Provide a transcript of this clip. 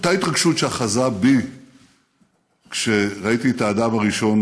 אותה התרגשות שאחזה בי כשראיתי את האדם הראשון